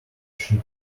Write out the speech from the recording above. ship